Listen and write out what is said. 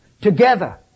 together